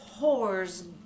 whores